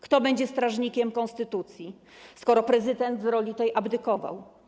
Kto będzie strażnikiem konstytucji, skoro prezydent w tej roli abdykował?